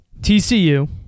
TCU